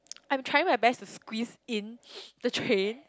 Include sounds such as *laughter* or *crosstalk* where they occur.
I'm trying my best to squeeze in *noise* the train